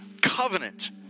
Covenant